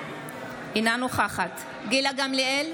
אינה נוכחת גילה גמליאל,